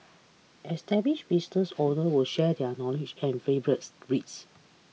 established business owners will share their knowledge and favourites reads